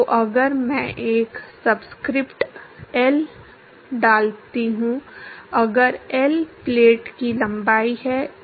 तो अगर मैं एक सबस्क्रिप्ट एल डालता हूं अगर एल प्लेट की लंबाई है